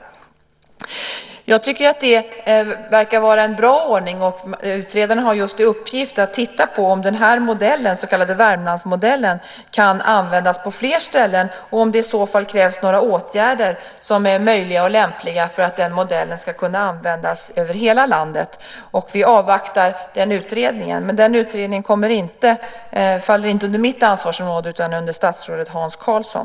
Jag tycker att det verkar vara en bra ordning. Utredarna har till uppgift att titta på om den här så kallade Värmlandsmodellen kan användas på fler ställen, och om det i så fall krävs några åtgärder som är möjliga och lämpliga för att den modellen ska kunna användas över hela landet. Vi avvaktar utredningen, men den faller inte under mitt ansvarsområde utan under statsrådet Hans Karlsson.